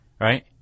right